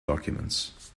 documents